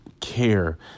care